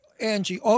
Angie